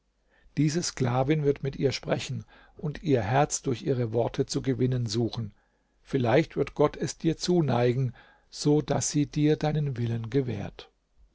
diese sklavin wird mit ihr sprechen und ihr herz durch ihre worte zu gewinnen suchen vielleicht wird gott es dir zuneigen so daß sie dir deinen willen gewährt